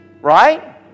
Right